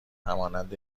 همانند